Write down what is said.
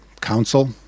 Council